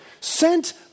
sent